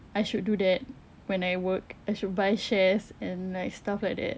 I should do that when I work I should buy shares and like stuff like that